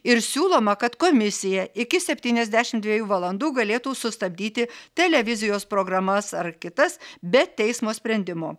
ir siūloma kad komisija iki septyniasdešim dviejų valandų galėtų sustabdyti televizijos programas ar kitas be teismo sprendimo